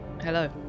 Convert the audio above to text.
Hello